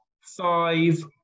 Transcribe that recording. five